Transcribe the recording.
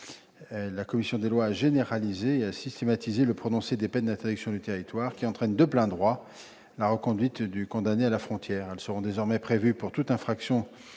La commission des lois a en effet généralisé et systématisé le prononcé des peines d'interdiction du territoire, qui entraînent de plein droit la reconduite du condamné à la frontière. Celles-ci seront désormais prévues pour toute infraction